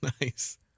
Nice